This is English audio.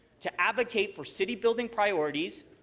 to advocate for city building priorities,